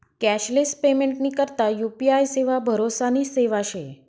cashless पेमेंटनी करता UPI सेवा भरोसानी सेवा शे